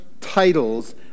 titles